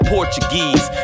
Portuguese